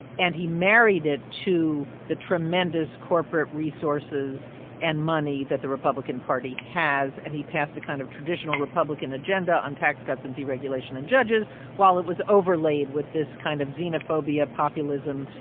and he married it to the tremendous corporate resources and money that the republican party has. and he passed a kind of traditional republican agenda on tax cuts and deregulation and judges while it was overlaid with this kind of xenophobia, populism,